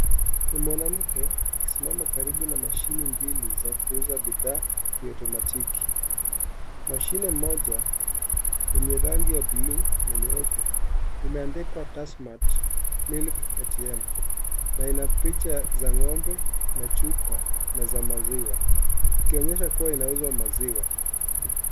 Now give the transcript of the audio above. Ni mwanamke akisimama karibu na mashine mbili za kuuza bidhaa kiotomatiki. Mashine moja yenye rangi ya bluu na nyeupe imeandikwa (cs)tasmart milk atm(cs),na ina picha za ngombena chupa na za maziwa, ikionyesha kuwa inauza maziwa.